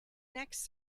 next